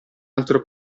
altro